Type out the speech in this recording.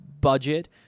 budget